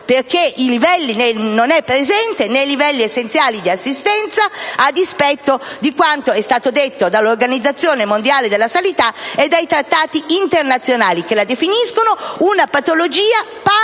perché non è presente nei livelli essenziali di assistenza, a dispetto di quanto è stato detto dall'Organizzazione mondiale della sanità e dai trattati internazionali che la definiscono una patologia pari